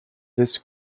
this